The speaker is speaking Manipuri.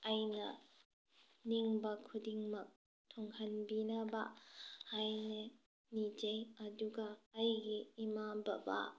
ꯑꯩꯅ ꯅꯤꯡꯕ ꯈꯨꯗꯤꯡꯃꯛ ꯊꯨꯡꯍꯟꯕꯤꯅꯕ ꯍꯥꯏꯅ ꯅꯤꯖꯩ ꯑꯗꯨꯒ ꯑꯩꯒꯤ ꯏꯃꯥ ꯕꯕꯥ